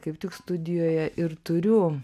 kaip tik studijoje ir turiu